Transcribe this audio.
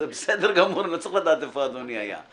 זה בסדר גמור, אני לא צריך לדעת איפה אדוני היה.